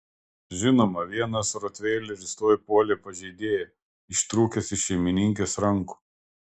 žinoma vienas rotveileris tuoj puolė pažeidėją ištrūkęs iš šeimininkės rankų